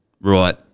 right